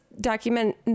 document